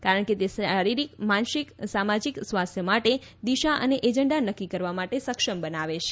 કારણ કે તે શારીરિક માનસિક અને સામાજીક સ્વાસ્થ્ય માટે દિશા અને એજન્ડા નક્કી કરવા માટે સક્ષમ બનાવે છે